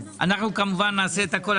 אנחנו כמובן נעשה את הכול.